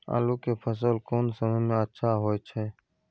आलू के फसल कोन समय में अच्छा होय छै?